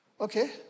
Okay